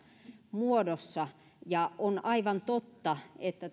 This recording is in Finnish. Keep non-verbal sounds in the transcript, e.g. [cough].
muodossa on aivan totta että [unintelligible]